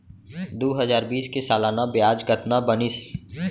दू हजार बीस के सालाना ब्याज कतना बनिस?